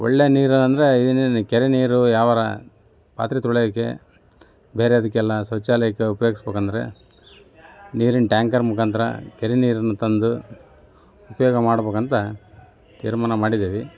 ಒಳ್ಳೆಯ ನೀರು ಅಂದರೇ ಇನ್ನೇನು ಕೆರೆ ನೀರು ಯಾವ್ದಾರ ಪಾತ್ರೆ ತೊಳಿಯೋಕ್ಕೆ ಬೇರೆದಕ್ಕೆಲ್ಲ ಶೌಚಾಲಯಕ್ಕೆ ಉಪಯೋಗಿಸಬೇಕಂದ್ರೆ ನೀರಿನ ಟ್ಯಾಂಕರ್ ಮುಖಾಂತರ ಕೆರೆ ನೀರನ್ನು ತಂದು ಉಪಯೋಗ ಮಾಡಬೇಕಂತ ತೀರ್ಮಾನ ಮಾಡಿದ್ದೀವಿ